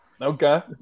Okay